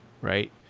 Right